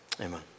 amen